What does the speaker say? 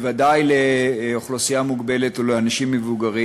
בוודאי לאוכלוסייה עם מוגבלות או לאנשים מבוגרים.